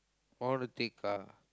I want to take car